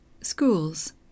Schools